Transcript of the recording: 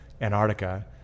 Antarctica